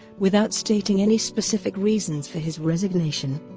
without stating any specific reasons for his resignation.